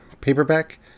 paperback